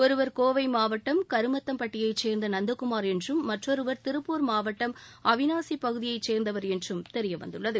ஒருவர் கோவை மாவட்டம் கருமத்தம்பட்டியைச் சேர்ந்த நந்தகுமார் என்றும் மற்றொருவர் திருப்பூர் மாவட்டம் அவினாசி பகுதியைச் சேர்ந்தவர் என்றும் தெரியவந்துள்ளது